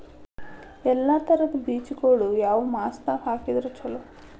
ಎಲ್ಲಾ ತರದ ಬೇಜಗೊಳು ಯಾವ ಮಾಸದಾಗ್ ಹಾಕಿದ್ರ ಛಲೋ?